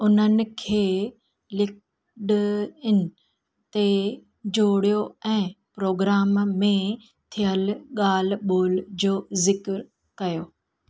उन्हनि खे लिंक्डइन ते जोड़ियो ऐं प्रोग्राम में थियल ॻाल्हि ॿोल्हि जो ज़िकिर कयो